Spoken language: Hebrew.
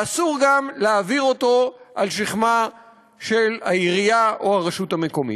ואסור גם להעביר אותו על שכמה של העירייה או הרשות המקומית.